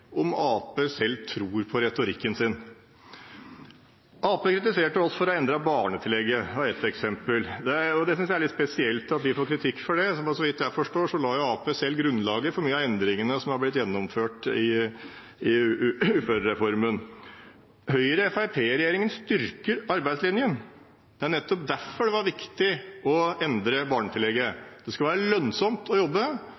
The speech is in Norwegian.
om Arbeiderpartiet selv tror på retorikken sin. Arbeiderpartiet kritiserte oss for å endre barnetillegget, det er et eksempel. Jeg synes det er litt spesielt at vi får kritikk for det, for så vidt jeg forstår, la jo Arbeiderpartiet selv grunnlaget for mye av endringene som er blitt gjennomført i uførereformen. Høyre–Fremskrittsparti-regjeringen styrker arbeidslinjen. Det er nettopp derfor det var viktig å endre